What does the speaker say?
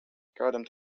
kādam